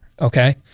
Okay